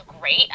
great